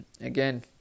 again